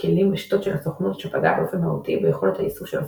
כלים ושיטות של הסוכנות שפגעה באופן מהותי ביכולת האיסוף של הסוכנות.